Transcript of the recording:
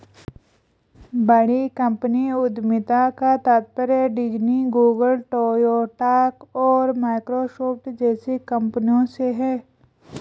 बड़ी कंपनी उद्यमिता का तात्पर्य डिज्नी, गूगल, टोयोटा और माइक्रोसॉफ्ट जैसी कंपनियों से है